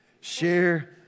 share